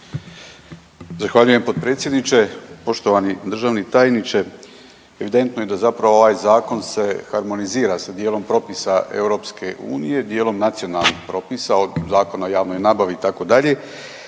Zahvaljujem potpredsjedniče. Poštovani državni tajniče, evidentno je da zapravo ovaj zakon se harmonizira sa dijelom propisa EU, dijelom nacionalnih propisa od Zakona o javnoj nabavi itd.,